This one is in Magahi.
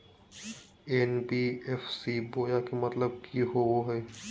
एन.बी.एफ.सी बोया के मतलब कि होवे हय?